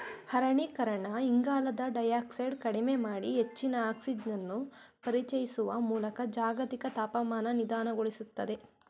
ಅರಣ್ಯೀಕರಣ ಇಂಗಾಲದ ಡೈಯಾಕ್ಸೈಡ್ ಕಡಿಮೆ ಮಾಡಿ ಹೆಚ್ಚಿನ ಆಕ್ಸಿಜನನ್ನು ಪರಿಚಯಿಸುವ ಮೂಲಕ ಜಾಗತಿಕ ತಾಪಮಾನ ನಿಧಾನಗೊಳಿಸ್ತದೆ